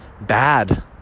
bad